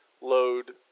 load